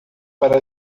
para